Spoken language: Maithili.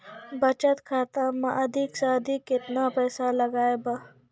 बचत खाता मे अधिक से अधिक केतना पैसा लगाय ब?